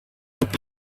bedroom